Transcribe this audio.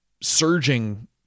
surging